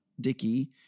Dickey